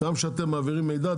גם כשאתם מעבירים מידע,